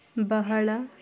ಬಹಳ